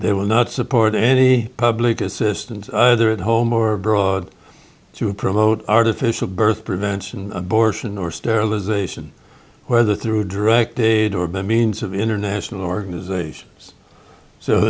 they will not support any public assistance other at home or abroad to promote artificial birth prevention abortion or sterilization whether through direct aid or by means of international organizations so